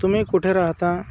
तुम्ही कुठे राहता